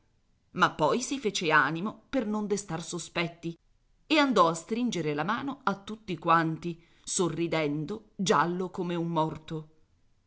ma poi si fece animo per non destar sospetti e andò a stringere la mano a tutti quanti sorridendo giallo come un morto